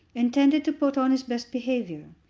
intended to put on his best behaviour.